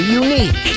unique